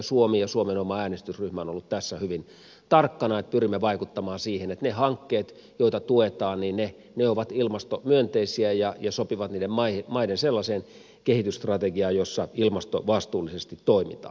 suomi ja suomen oma äänestysryhmä on ollut tässä hyvin tarkkana että pyrimme vaikuttamaan siihen että ne hankkeet joita tuetaan ovat ilmastomyönteisiä ja sopivat niiden maiden sellaiseen kehitysstrategiaan jossa ilmastovastuullisesti toimitaan